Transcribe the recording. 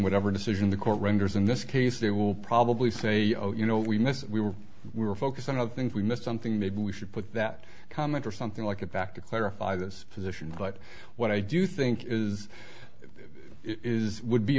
whatever decision the court renders in this case they will probably say oh you know we missed we were we were focused on of things we missed something maybe we should put that comment or something like that back to clarify this position but what i do think is is would be